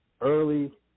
early